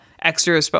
Extra